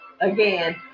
Again